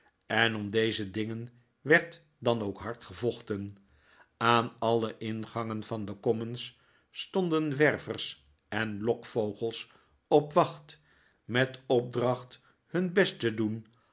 en om deze dingen werd dan ook hard gevochten aan alle ingangen van de commons stonden wervers en lokvogels op wacht met opdracht hun best te doen